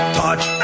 touch